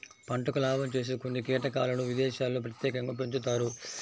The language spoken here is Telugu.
పంటకు లాభం చేసే కొన్ని కీటకాలను విదేశాల్లో ప్రత్యేకంగా పెంచుతారు